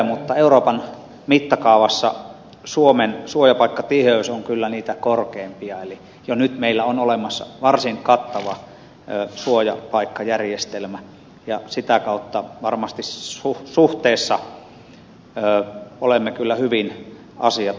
mutta euroopan mittakaavassa suomen suojapaikkatiheys on kyllä niitä korkeimpia eli jo nyt meillä on olemassa varsin kattava suojapaikkajärjestelmä ja sitä kautta varmasti suhteessa olemme kyllä hyvin asiat hoitaneet